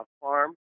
farm